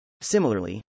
Similarly